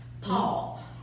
Paul